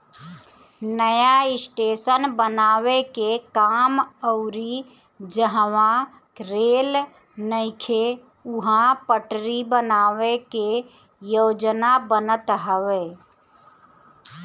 नया स्टेशन बनावे के काम अउरी जहवा रेल नइखे उहा पटरी बनावे के योजना बनत हवे